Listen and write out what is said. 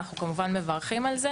וגם גבוה יותר מהמכינות